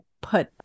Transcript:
put